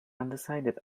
undecided